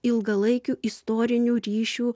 ilgalaikių istorinių ryšių